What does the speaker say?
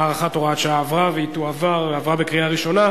הארכת הוראת שעה לגבי שנת המס 2010),